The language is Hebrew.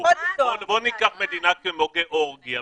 בואו ניקח מדינה כמו גיאורגיה,